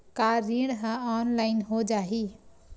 का ऋण ह ऑनलाइन हो जाही?